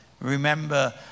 Remember